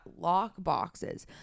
lockboxes